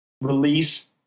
release